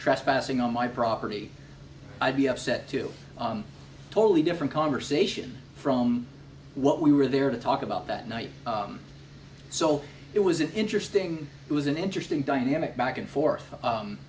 trespassing on my property i'd be upset two totally different conversation from what we were there to talk about that night so it was interesting it was an interesting dynamic back and forth